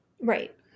right